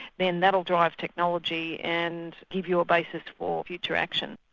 then that'll drive technology and give you a basis for future action.